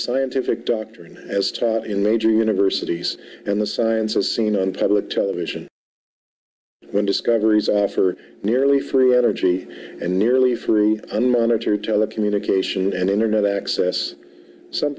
scientific doctrine as taught in major universities and the sciences seen on public television when discoveries for nearly free energy and nearly fruit on it or telecommunications and internet access some